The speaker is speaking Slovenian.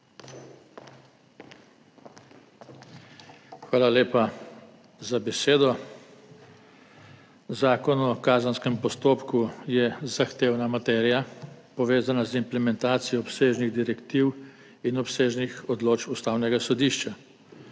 Hvala lepa za besedo. Zakon o kazenskem postopku je zahtevna materija, povezana z implementacijo obsežnih direktiv in obsežnih odločb Ustavnega sodišča,